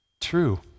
true